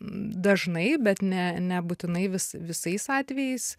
dažnai bet ne nebūtinai vis visais atvejais